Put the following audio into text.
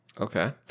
Okay